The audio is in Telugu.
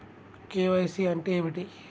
కే.వై.సీ అంటే ఏమిటి?